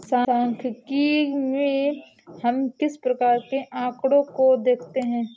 सांख्यिकी में हम किस प्रकार के आकड़ों को देखते हैं?